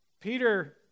Peter